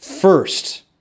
First